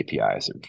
APIs